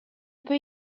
peut